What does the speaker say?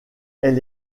elle